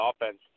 offense